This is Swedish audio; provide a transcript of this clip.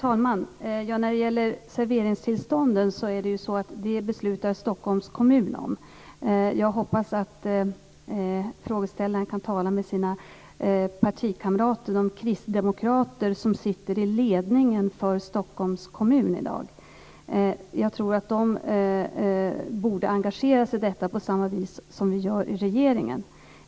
Herr talman! Serveringstillstånden beslutar Stockholms kommun om. Jag hoppas att frågeställaren kan tala om detta med sina partikamrater, de kristdemokrater som sitter i ledningen för Stockholms kommun i dag. De borde engagera sig i detta på samma vis som vi gör i regeringen.